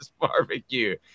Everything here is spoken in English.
Barbecue